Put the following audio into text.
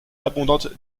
abondante